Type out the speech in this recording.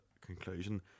conclusion